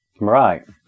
Right